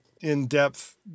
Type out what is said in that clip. in-depth